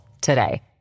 today